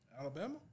Alabama